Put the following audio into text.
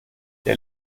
der